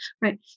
Right